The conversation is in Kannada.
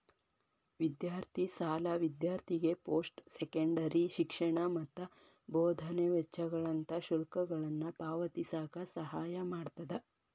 ವಿದ್ಯಾರ್ಥಿ ಸಾಲ ವಿದ್ಯಾರ್ಥಿಗೆ ಪೋಸ್ಟ್ ಸೆಕೆಂಡರಿ ಶಿಕ್ಷಣ ಮತ್ತ ಬೋಧನೆ ವೆಚ್ಚಗಳಂತ ಶುಲ್ಕಗಳನ್ನ ಪಾವತಿಸಕ ಸಹಾಯ ಮಾಡ್ತದ